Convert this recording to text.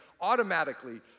automatically